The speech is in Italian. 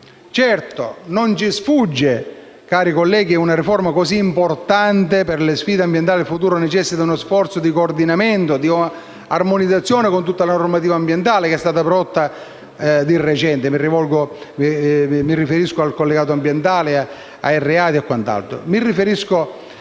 Certo non ci sfugge, cari colleghi, che una riforma così importante per le sfide ambientali del futuro, necessita di uno sforzo di coordinamento e di armonizzazione con tutta la normativa ambientale che è stata prodotta più di recente. Mi riferisco al collegato ambientale, alla disciplina